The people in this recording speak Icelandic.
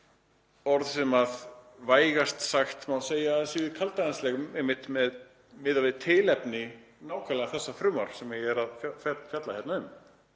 Orð sem vægast sagt má segja að séu kaldhæðnisleg einmitt miðað við tilefni nákvæmlega þessa frumvarps sem ég er að fjalla hérna um.